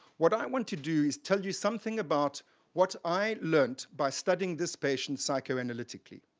what i want to do is tell you something about what i learnt by studying this patient psychoanalytically.